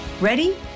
Ready